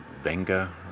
Venga